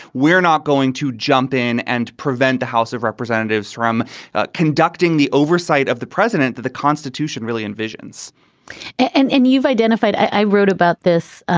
we're not going to jump in and prevent the house of representatives from conducting the oversight of the president that the constitution really envisions and and you've identified i wrote about this,